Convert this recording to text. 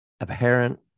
apparent